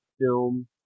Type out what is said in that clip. film